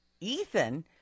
Ethan